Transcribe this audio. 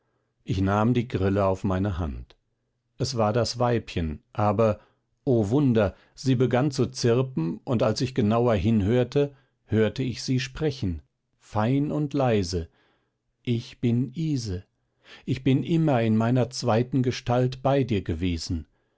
ich nahm die grille auf meine hand es war das weibchen aber o wunder sie begann zu zirpen und als ich genauer hinhörte hörte ich sie sprechen fein und leise ich bin ise ich bin immer in meiner zweiten gestalt bei dir gewesen